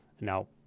Now